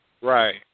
Right